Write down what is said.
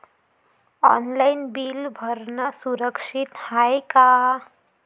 Online bill भरनं सुरक्षित हाय का?